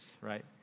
right